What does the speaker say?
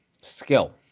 skill